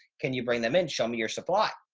can you bring them in? show me your supply.